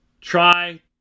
try